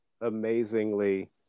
amazingly